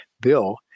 bill